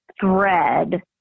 thread